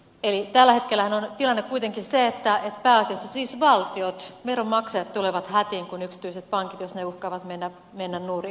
eli tällä hetkellähän on tilanne kuitenkin se että pääasiassa siis valtiot veronmaksajat tulevat hätiin jos yksityiset pankit uhkaavat mennä nurin